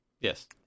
yes